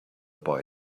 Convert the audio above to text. boy